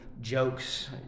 jokes